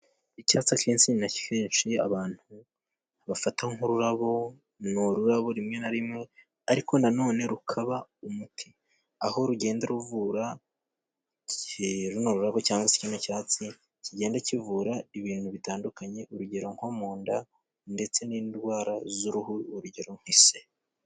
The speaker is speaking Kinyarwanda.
Icyatsi k'insina akenshi abantu bafata nk'ururabo, ni ururabo rimwe na rimwe ariko nanone rukaba umuti, aho rugenda ruvura runo rurabo cyangwa kino cyatsi kigenda kivura ibintu bitandukanye, urugero nko mu nda ndetse n'indwara z'uruhu urugero nk'ise.